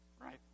right